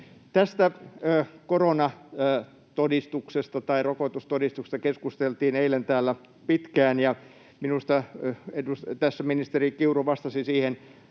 Tästä koronatodistuksesta tai rokotustodistuksesta keskusteltiin eilen täällä pitkään, ja minusta tässä ministeri Kiuru vastasi siihen